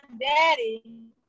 daddy